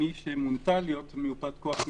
מי שמונתה להיות מיופת כוח מתמשכת,